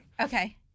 Okay